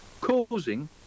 causing